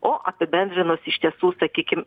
o apibendrinus iš tiesų sakykim